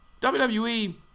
WWE